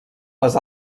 les